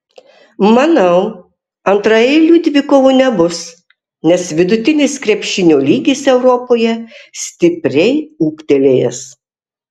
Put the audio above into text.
manau antraeilių dvikovų nebus nes vidutinis krepšinio lygis europoje stipriai ūgtelėjęs